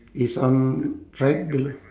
it's on right there